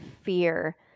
fear